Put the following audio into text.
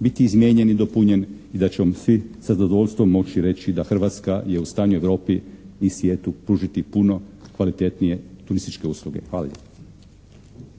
biti izmijenjen i dopunjen i da ćemo svi sa zadovoljstvom moći reći da Hrvatska je u stanju Europi i svijetu pružiti puno kvalitetnije turističke usluge. Hvala